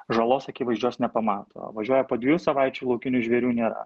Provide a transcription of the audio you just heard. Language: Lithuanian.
žalos akivaizdžios nepamato važiuoja po dviejų savaičių laukinių žvėrių nėra